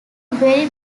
very